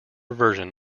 version